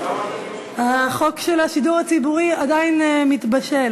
החוק של השידור הציבורי עדיין מתבשל.